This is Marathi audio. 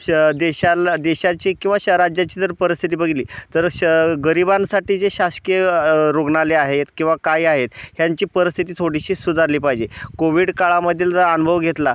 श देशाला देशाची किंवा श राज्याची जर परिस्थिती बघली तर श गरिबांसाठी जे शासकीय रुग्णालय आहेत किंवा काय आहेत ह्यांची परिस्थिती थोडीशी सुधारली पाहिजे कोविड काळामधील जर अनुभव घेतला